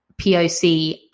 POC